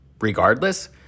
regardless